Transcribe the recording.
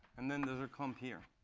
and then there's a clump here.